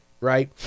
right